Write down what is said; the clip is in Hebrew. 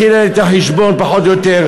הכינה לי את החשבון פחות או יותר,